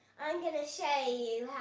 i'm going to show you